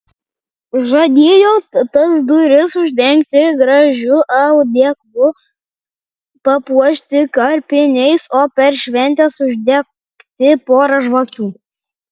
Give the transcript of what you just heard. žadėjo tas duris uždengti gražiu audeklu papuošti karpiniais o per šventes uždegti porą žvakių